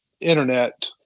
internet